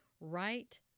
right